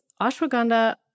ashwagandha